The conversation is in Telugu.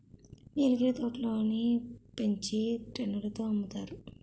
నీలగిరి తోటలని పెంచి టన్నుల తో అమ్ముతారు